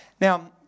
Now